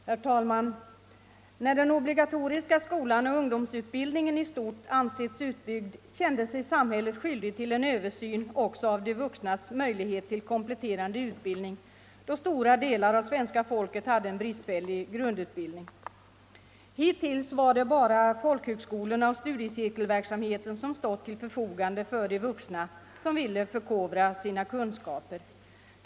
Herr talman! När den obligatoriska skolan och ungdomsutbildningen i stort ansetts utbyggd kände samhället sig skyldigt till en översyn också av de vuxnas möjlighet till kompletterande utbildning, då stora delar av svenska folket hade bristfällig grundutbildning. Hittills var det bara folkhögskolorna och studiecirkelverksamheten som stått till förfogande för de vuxna som ville förkovra sina kunskaper.